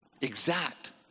Exact